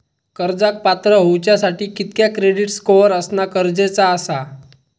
कर्जाक पात्र होवच्यासाठी कितक्या क्रेडिट स्कोअर असणा गरजेचा आसा?